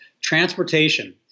Transportation